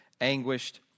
anguished